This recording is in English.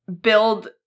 build